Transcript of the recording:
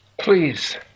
please